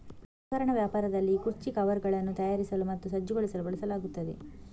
ಪೀಠೋಪಕರಣ ವ್ಯಾಪಾರದಲ್ಲಿ ಕುರ್ಚಿ ಕವರ್ಗಳನ್ನು ತಯಾರಿಸಲು ಮತ್ತು ಸಜ್ಜುಗೊಳಿಸಲು ಬಳಸಲಾಗುತ್ತದೆ